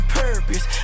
purpose